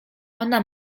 ona